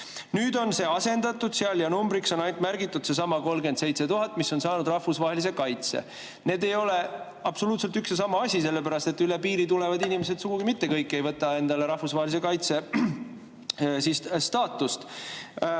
number seal asendatud ja numbriks on märgitud seesama 37 000, kes siis on saanud rahvusvahelise kaitse. Need ei ole absoluutselt üks ja sama asi, sellepärast et üle piiri tulevad inimesed sugugi mitte kõik ei võta endale rahvusvahelise kaitse staatust.